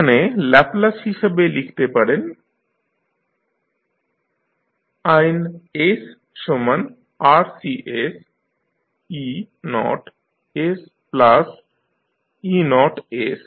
এখানে ল্যাপলাস হিসাবে লিখতে পারেন Ein S সমান RCs e naught s plus e naught S